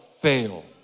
fail